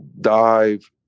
dive